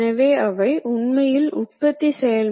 எனவே இயந்திரம் கொஞ்சம் தான் உற்பத்தி செய்யும்